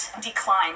decline